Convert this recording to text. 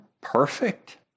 Perfect